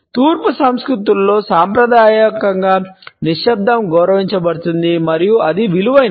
తూర్పు సంస్కృతులలో సాంప్రదాయకంగా నిశ్శబ్దం గౌరవించబడుతుంది మరియు అది విలువైనది